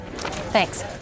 Thanks